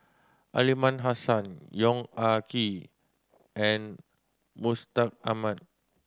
Aliman Hassan Yong Ah Kee and Mustaq Ahmad